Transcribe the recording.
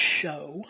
show